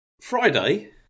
Friday